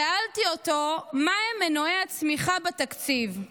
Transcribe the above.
שאלתי אותו מהם מנועי הצמיחה בתקציב,